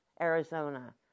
Arizona